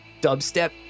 dubstep